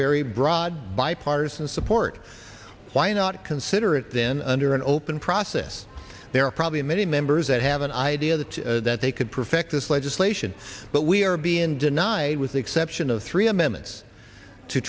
very broad bipartisan support why not consider it then under an open process there are probably many members that have an idea that that they could perfect this legislation but we are being denied with the exception of three